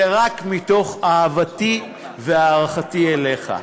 זה רק מתוך אהבתי והערכתי אליך,